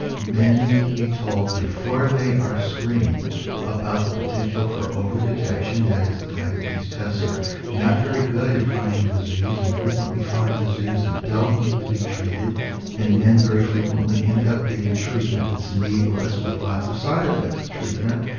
men need to be told before they are screened about the potential for over-detection. that is the fact that these tests are not very good at finding disease, and frequently find disease that doesn't need to be treated and men very frequently end up getting treatment that's needless with lots of side effects of treatment.